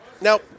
Now